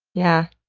yeah.